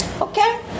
okay